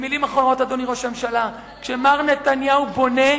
במלים אחרות, אדוני ראש הממשלה, כשמר נתניהו בונה,